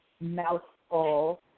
mouthful